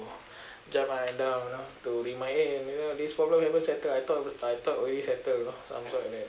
jump up and down you know to remind it and you know this problem haven't settle I thought I thought already settle you know some sort like that